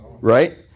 right